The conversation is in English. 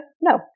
No